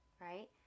right